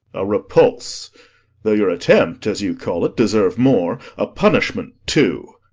a repulse though your attempt, as you call it, deserve more a punishment too.